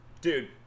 Dude